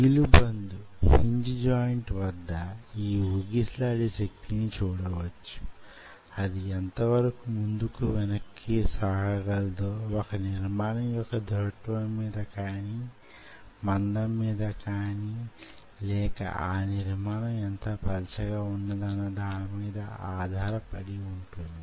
కీలుబందు వద్ద ఈ వూగిసలాడే శక్తిని చూడవచ్చు అది ఎంతవరకు ముందుకు వెనుకకు సాగగలదో వొక నిర్మాణం యొక్క దృఢత్వం మీద కానీ మందం మీద కానీ లేక ఆ నిర్మాణం ఎంత పలచగా వున్నది అన్న దాని మీద ఆధార పడుతుంది